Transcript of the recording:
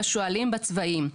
בשועלים ובצבאים.